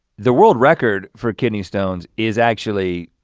the world record for kidney stones is actually,